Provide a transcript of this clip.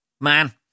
Man